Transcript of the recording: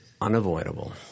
unavoidable